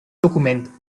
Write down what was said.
dokument